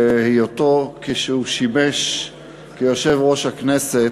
כשהוא שימש כיושב-ראש הכנסת,